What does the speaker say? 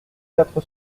quatre